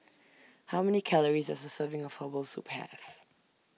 How Many Calories Does A Serving of Herbal Soup Have